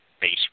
base